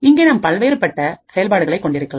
இங்கே நாம் பல்வேறுபட்ட செயல்பாடுகளை கொண்டிருக்கலாம்